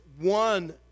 one